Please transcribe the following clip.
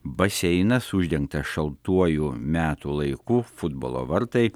baseinas uždengtas šaltuoju metų laiku futbolo vartai